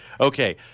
Okay